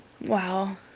wow